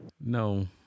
No